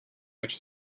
which